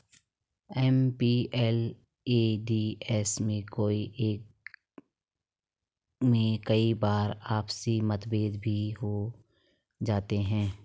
MPLADS में कई बार आपसी मतभेद भी हो जाते हैं